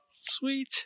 Sweet